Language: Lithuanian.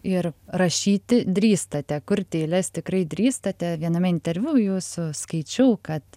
ir rašyti drįstate kurti eiles tikrai drįstate viename interviu jūsų skaičiau kad